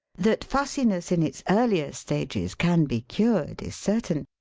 that fussiness in its earlier stages can be cured is certain.